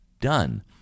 done